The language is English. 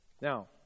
Now